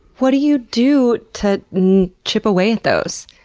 what do you do to chip away at those?